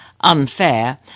unfair